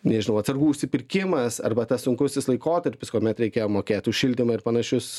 nežinau atsargų užsipirkimas arba tas sunkusis laikotarpis kuomet reikėjo mokėt už šildymą ir panašius